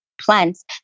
plants